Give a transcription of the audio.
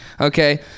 Okay